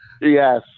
yes